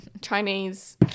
Chinese